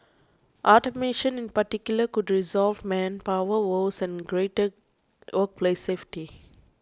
automation in particular could resolve manpower woes and greater workplace safety